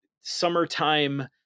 summertime